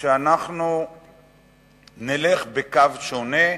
שאנחנו נלך בקו שונה,